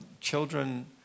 Children